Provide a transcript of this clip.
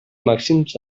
màxims